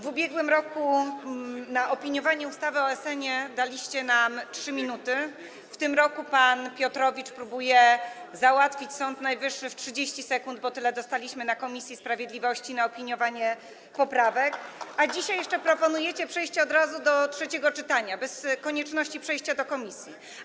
W ubiegłym roku na opiniowanie ustawy o SN daliście nam 3 minuty, w tym roku pan Piotrowicz próbuje załatwić Sąd Najwyższy w 30 sekund, bo tyle dostaliśmy na posiedzeniu komisji sprawiedliwości na opiniowanie poprawek, a dzisiaj jeszcze proponujecie przejść od razu do trzeciego czytania, bez konieczności odesłania projektu do komisji.